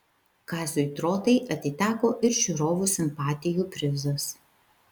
kaziui trotai atiteko ir žiūrovų simpatijų prizas